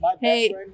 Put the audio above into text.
hey